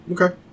Okay